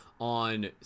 on